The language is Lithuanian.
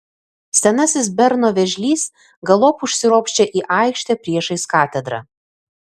senasis berno vėžlys galop užsiropščia į aikštę priešais katedrą